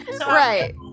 Right